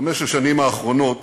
חמש השנים האחרונות